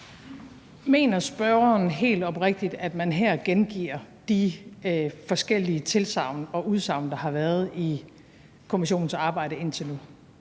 Mener spørgeren helt oprigtigt, at han her gengiver de forskellige tilsagn og udsagn, der indtil nu har været fremme i kommissionens arbejde?